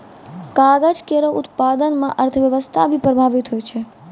कागज केरो उत्पादन म अर्थव्यवस्था भी प्रभावित होय छै